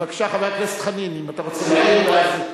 בבקשה, חבר הכנסת חנין, אם אתה רוצה להעיר משהו.